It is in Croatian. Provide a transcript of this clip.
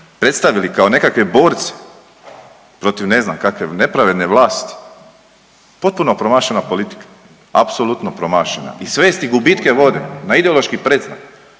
predstavili kao nekakve borce protiv ne znam kakve nepravedne vlasti, potpuno promašena politika. Apsolutno promašena i svesti gubitke vode na ideološki predznak